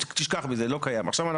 תשכח מזה, זה לא קיים,